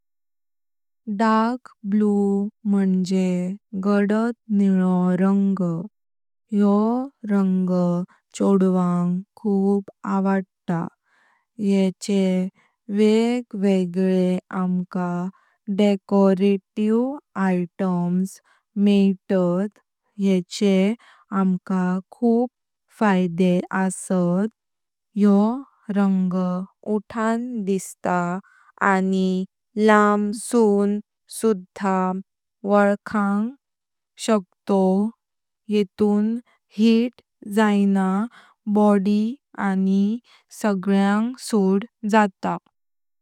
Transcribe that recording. Dark blue मुञे गड़त नीळो रंग। योह रंग छोड़वांग खूब आवडता। येचे वेग वेगळे आमका डेकोरेटिव आइटम्स मेइतात। येचे आमका खूब फायदें असात योह रंग उठण दिसता आनी लाम सूण सुधा वोंखांग शकतों येतून हीट जाईना बॉडी आनी सगळ्यांग सूट जातां।